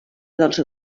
dels